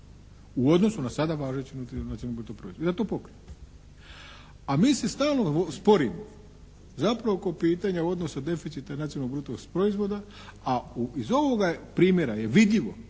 u odnosu na sada važeći nacionalni brutoproizvod. I da to pokrije. A mi se stalno sporimo zapravo oko pitanja odnosa deficita nacionalnog bruto proizvoda a u, iz ovoga primjera je vidljivo